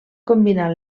combinar